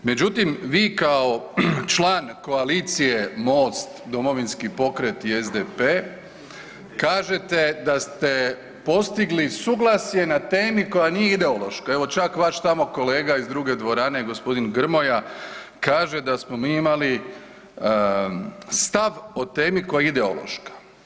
Međutim, vi kao član koalicije MOST, Domovinski pokret i SDP, kažete da ste postigli suglasje na temi koja nije ideološka, evo čak vaš tamo kolega iz druge dvorane gospodin Grmoja kaže da smo mi imali stav o temi koja je ideološka.